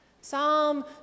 Psalm